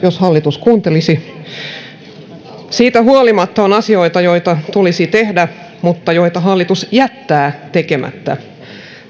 jos hallitus kuuntelisi on asioita joita tulisi tehdä mutta joita hallitus jättää tekemättä